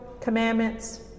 commandments